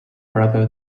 brother